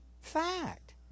fact